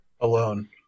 alone